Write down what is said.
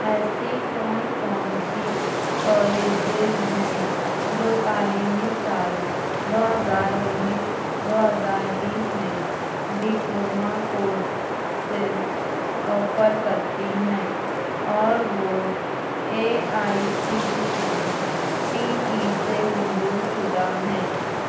ایسی کون کون سی کالجز ہیں جو تعلیمی سال دو ہزار انیس دو ہزار بیس میں ڈپلومہ کورسیز آفر کرتی ہیں اور وہ A I C T E سے منظور شدہ ہیں